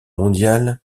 mondiale